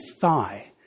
thigh